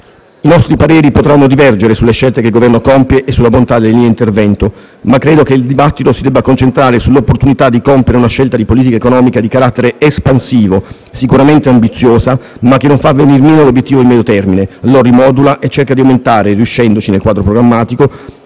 I nostri pareri potranno divergere sulle scelte che il Governo compie e sulla bontà delle linee di intervento, ma io credo che il dibattito si debba concentrare sull'opportunità di compiere una scelta di politica economica di carattere espansivo, sicuramente ambiziosa, ma che non fa venir meno l'obiettivo di medio termine, lo rimodula e cerca di aumentare - riuscendoci, nel quadro programmatico